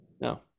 No